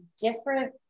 different